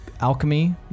alchemy